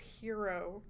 hero